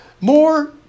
more